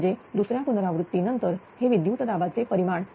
म्हणजेच दुसऱ्या पुनरावृत्ती नंतर हे विद्युत दाबाचे परिमाण